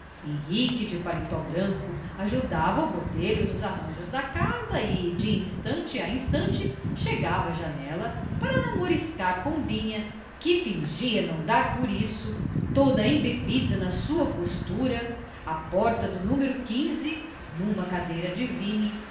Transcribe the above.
henrique de paletó branco ajudava o botelho nos arranjos da casa e de instante a instante chegava à janela para namoriscar pombinha que fingia não dar por isso toda embebida na sua costura à porta do numero quis n'uma cadeira de vime